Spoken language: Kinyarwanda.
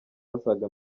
asaga